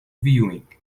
viewing